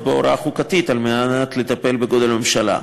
בהוראה חוקתית על מנת לטפל בגודל הממשלה.